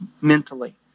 mentally